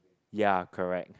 ya correct